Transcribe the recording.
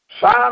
sign